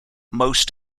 most